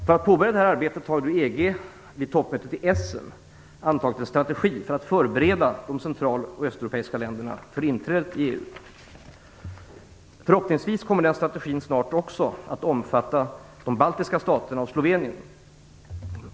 För att påbörja det här arbetet har EG vid toppmötet i Essen antagit en strategi för att förbereda de central och östeuropeiska länderna för inträdet i EU. Förhoppningsvis kommer den strategin snart också att omfatta de baltiska staterna och Slovenien.